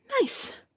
Nice